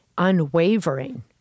unwavering